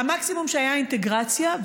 מקסימום הייתה אינטגרציה,